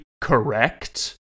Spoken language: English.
correct